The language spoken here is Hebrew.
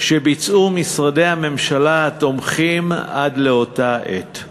שביצעו משרדי הממשלה התומכים עד לאותה עת,